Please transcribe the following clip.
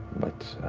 but